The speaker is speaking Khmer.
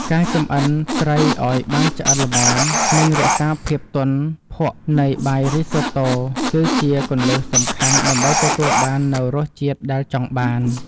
ការចម្អិនត្រីឱ្យបានឆ្អិនល្មមនិងរក្សាភាពទន់ភក់នៃបាយរីសូតូគឺជាគន្លឹះសំខាន់ដើម្បីទទួលបាននូវរសជាតិដែលចង់បាន។